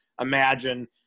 imagine